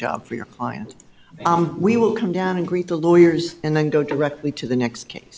job for your client we will come down and greet the lawyers and then go directly to the next case